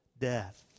death